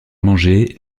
manger